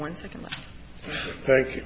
one second thank